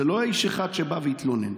זה לא איש אחד שבא והתלונן.